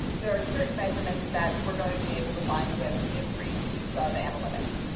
there are certain measurements that we're going to be able to find with increased use of analytics.